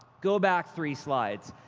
go back three slides.